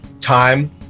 time